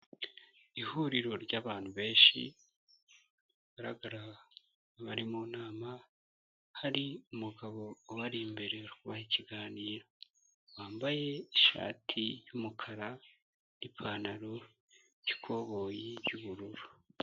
Ihuriro ry'abantu benshi bagaraga nk'abari mu nama hari umugabo ubari imbere ubaha ikiganiro wambaye ishati y'umukara, ipantaro y'ikoboyi y'ubururu.